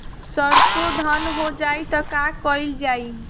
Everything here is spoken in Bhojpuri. सरसो धन हो जाई त का कयील जाई?